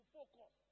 focus